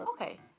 okay